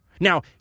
Now